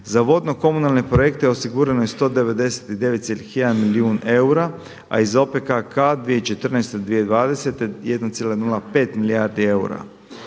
za vodnokomunalne projekte osigurano je 199,1 milijun eura, a iz OPKK 2014.-2020. 1,05 milijardi eura.